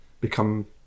become